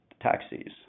taxis